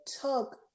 took